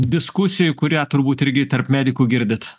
diskusijoj kurią turbūt irgi tarp medikų girdit